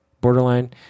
borderline